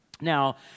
Now